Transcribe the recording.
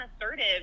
assertive